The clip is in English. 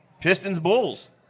Pistons-Bulls